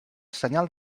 senyal